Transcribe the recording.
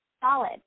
solid